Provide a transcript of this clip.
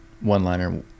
one-liner